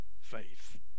faith